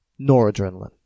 noradrenaline